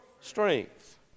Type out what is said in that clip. strength